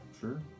Sure